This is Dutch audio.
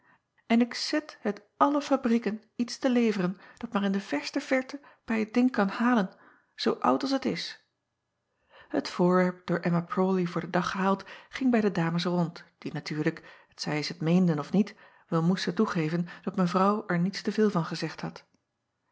en ik zet het alle fabrieken iets te leveren dat maar in de verste verte bij het ding kan halen zoo oud als het is acob van ennep laasje evenster delen et voorwerp door mma rawley voor den dag gehaald ging bij de dames rond die natuurlijk t zij ze t meenden of niet wel moesten toegeven dat evrouw er niets te veel van gezegd had